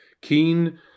Keen